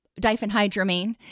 diphenhydramine